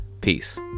Peace